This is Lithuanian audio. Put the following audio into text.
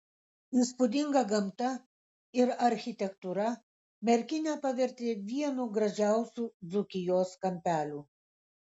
įspūdinga gamta ir architektūra merkinę pavertė vienu gražiausių dzūkijos kampelių